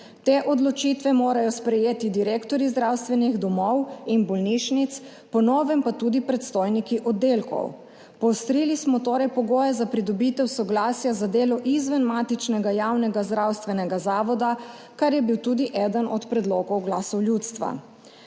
Te odločitve morajo sprejeti direktorji zdravstvenih domov in bolnišnic, po novem pa tudi predstojniki oddelkov. Poostrili smo torej pogoje za pridobitev soglasja za delo izven matičnega javnega zdravstvenega zavoda, kar je bil tudi eden od predlogov Glasu ljudstva.